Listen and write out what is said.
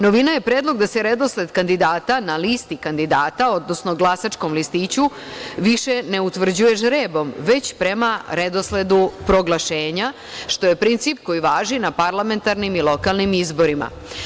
Novina je predlog da se redosled kandidata na listi kandidata, odnosno glasačkom listiću više ne utvrđuje žrebom, već prema redosledu proglašenja, što je princip koji važi na parlamentarnim i lokalnim izborima.